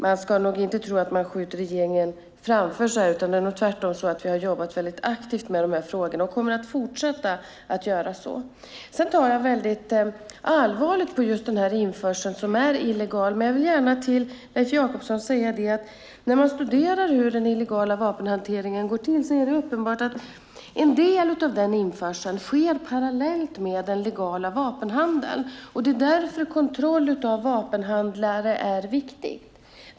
Man ska nog inte tro att man skjuter regeringen framför sig, utan vi har tvärtom jobbat aktivt med de här frågorna och kommer att fortsätta att göra det. Jag tar väldigt allvarligt på just den införsel som är illegal. Men jag vill gärna säga till Leif Jakobsson att när man studerar hur den illegala vapenhanteringen går till är det uppenbart att en del av den införseln sker parallellt med den legala vapenhandeln. Det är därför kontroll av vapenhandlare är viktig.